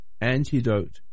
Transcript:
antidote